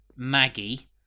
Maggie